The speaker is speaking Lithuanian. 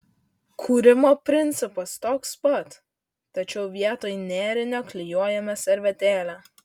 kūrimo principas toks pat tačiau vietoj nėrinio klijuojame servetėlę